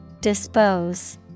Dispose